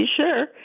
sure